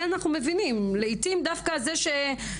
זה אנחנו מבינים, לעיתים דווקא זה שגבר